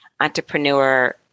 entrepreneur